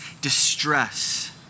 distress